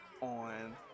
on